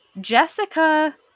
Jessica